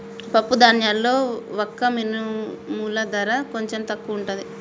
పప్పు ధాన్యాల్లో వక్క మినుముల ధర కొంచెం తక్కువుంటది